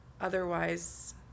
otherwise